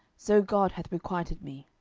so god hath requited me.